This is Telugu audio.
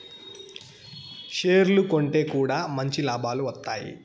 షేర్లు కొంటె కూడా మంచి లాభాలు వత్తాయి